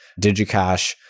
Digicash